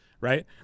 right